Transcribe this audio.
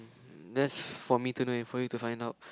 that's for me to know and for you to find out